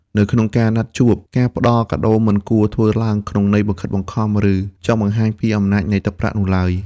នៅក្នុងការណាត់ជួប ការផ្ដល់កាដូមិនគួរធ្វើឡើងក្នុងន័យបង្ខិតបង្ខំ ឬចង់បង្ហាញពីអំណាចនៃទឹកប្រាក់នោះឡើយ។